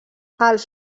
els